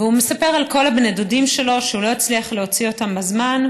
והוא היה מספר על כל בני הדודים שלו שהוא לא הצליח להוציא אותם בזמן.